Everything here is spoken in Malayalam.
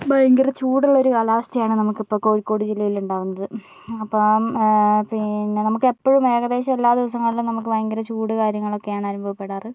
ഭയങ്കര ചൂടുള്ള ഒരു കാലാവസ്ഥയാണ് നമുക്കിപ്പോൾ കോഴിക്കോട് ജില്ലയിൽ ഉണ്ടാവുന്നത് അപ്പോൾ പിന്നെ നമുക്ക് എപ്പോഴും ഏകദേശം എല്ലാ ദിവസങ്ങളിലും നമുക്ക് ഭയങ്കര ചൂട് കാര്യങ്ങളൊക്കെയാണ് അനുഭവപ്പെടാറ്